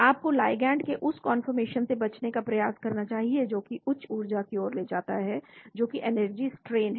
आपको लिगैंड के उस कौनफॉरमेशन से बचने का प्रयास करना चाहिए जोकि उच्च ऊर्जा की ओर ले जाता हो जोकि एनर्जी स्ट्रेन है